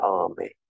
army